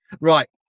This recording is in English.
Right